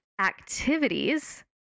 activities